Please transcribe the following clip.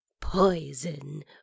Poison